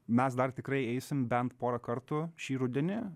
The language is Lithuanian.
mes dar tikrai eisim bent porą kartų šį rudenį